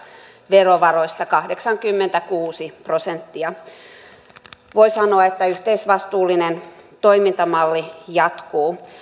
verovaroista kahdeksankymmentäkuusi prosenttia voi sanoa että yhteisvastuullinen toimintamalli jatkuu